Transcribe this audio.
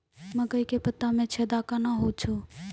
मकई के पत्ता मे छेदा कहना हु छ?